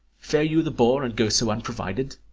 fear you the boar, and go so unprovided?